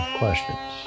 questions